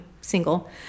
single